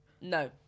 no